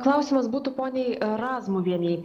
klausimas būtų poniai razmuvienei